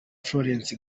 florence